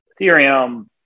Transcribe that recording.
Ethereum